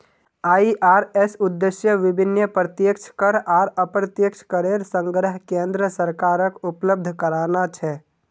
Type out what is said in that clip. IRS उद्देश्य विभिन्न प्रत्यक्ष कर आर अप्रत्यक्ष करेर संग्रह केन्द्र सरकारक उपलब्ध कराना छे